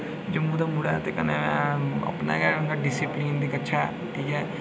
जम्मू दा मुड़ा ऐ ते कन्नै अपना गै ऐ ओह्दा डिसिपलन बी अच्छा ऐ ठीक ऐ